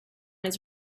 his